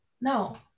no